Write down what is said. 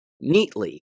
neatly